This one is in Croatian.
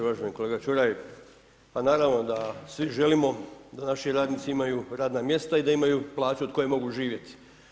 Uvaženi kolega Čuraj, pa naravno da svi želimo da naši radnici imaju radna mjesta i da imaju plaću od koje mogu živjeti.